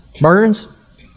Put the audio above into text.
Burns